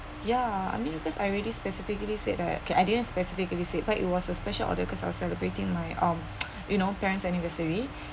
ya I mean because I already specifically said that ~ K I didn't specifically said but it was a special order because I was celebrating my um you know parents anniversary